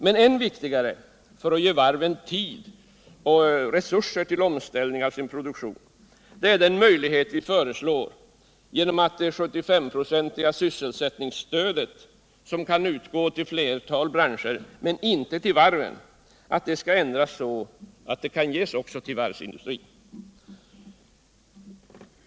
Men än viktigare för att ge varven tid och resurser till omställning av sin produktion är att det 75-procentiga sysselsättningsstödet, som kan gå till ett flertal branscher men inte till varven, såsom vi föreslår ändras så att det kan ges också till varvsindustrin.